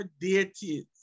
deities